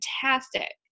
fantastic